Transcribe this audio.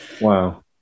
Wow